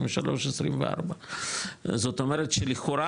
22-23-24. זאת אומרת שלכאורה,